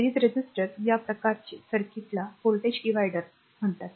series resistor आणि या प्रकारचे सर्किट ला व्होल्टेज डिवाइडर म्हणतात